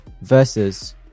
versus